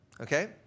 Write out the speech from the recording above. Okay